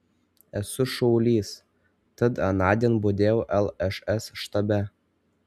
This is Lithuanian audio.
esu šaulys tad anądien budėjau lšs štabe